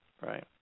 Right